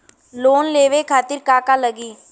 Loan लेवे खातीर का का लगी?